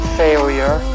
failure